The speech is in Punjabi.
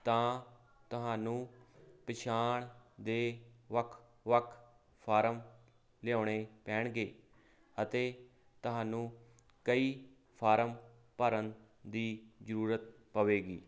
ਤਾਂ ਤੁਹਾਨੂੰ ਪਛਾਣ ਦੇ ਵੱਖ ਵੱਖ ਫਾਰਮ ਲਿਆਉਣੇ ਪੈਣਗੇ ਅਤੇ ਤੁਹਾਨੂੰ ਕਈ ਫਾਰਮ ਭਰਨ ਦੀ ਜਰੂਰਤ ਪਵੇਗੀ